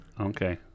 Okay